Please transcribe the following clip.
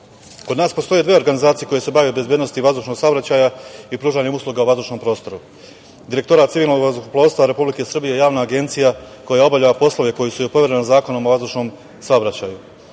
nas postoje dve organizacije koje se bave bezbednošću vazdušnog saobraća i pružanjem usluga vazdušnom prostoru. Direktorat civilnog vazduhoplovstva Republike Srbije je javna agencija koja je obavljala poslove koji su joj povereni Zakon o vazdušnom saobraćaju. Ovaj